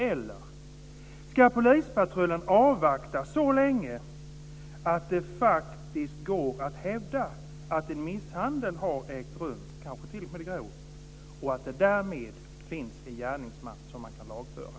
Eller ska polispatrullen avvakta så länge att det faktiskt går att hävda att en misshandel har ägt rum, kanske t.o.m. en grov misshandel, så att det därmed finns en gärningsman som man kan lagföra?